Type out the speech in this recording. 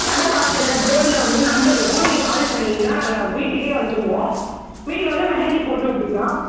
கடை வாசலில் டோரில் வந்து நம்பர் இருக்கும் நீங்கள் கால் பண்ணீங்கன்னா நாங்கள் வீட்டுக்கே வந்துருவோம் வீட்டுக்கு வந்து மெஹந்தி போட்டுவிட்டுக்கலாம்